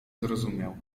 zrozumiał